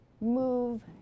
move